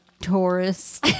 Taurus